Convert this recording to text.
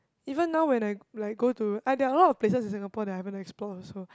even now when I like I go to ah there are lot of places in Singapore that I haven't explored also